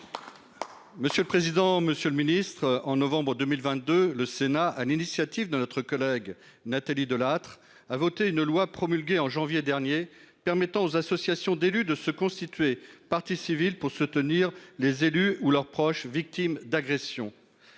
Monsieur le président, Monsieur le Ministre, en novembre 2022. Le Sénat à l'initiative de notre collègue Nathalie Delattre a voté une loi promulguée en janvier dernier permettant aux associations d'élus, de se constituer partie civile pour se tenir les élus ou leurs proches, victimes d'agressions.